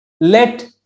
Let